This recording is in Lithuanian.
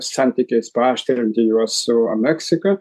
santykiais paaštrinti juos su meksika